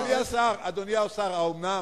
אדוני השר, האומנם?